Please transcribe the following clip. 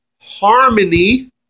harmony